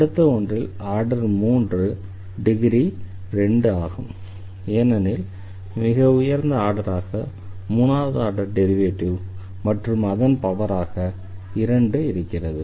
அடுத்த ஒன்றில் order 3 degree 2 ஆகும் ஏனெனில் மிக உயர்ந்த ஆர்டராக 3வது ஆர்டர் டெரிவேட்டிவ் மற்றும் அதன் பவராக 2 இருக்கிறது